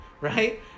right